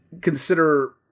consider